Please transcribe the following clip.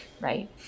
right